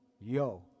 Yo